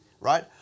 right